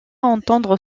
entendre